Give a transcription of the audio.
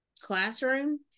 classroom